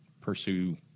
pursue